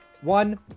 One